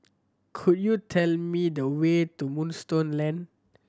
could you tell me the way to Moonstone Lane